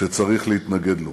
שצריך להתנגד לו.